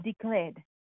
declared